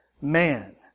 man